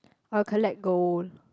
I will collect gold